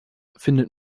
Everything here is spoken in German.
findet